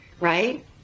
right